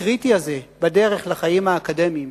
הקריטי הזה בדרך לחיים האקדמיים,